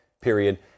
period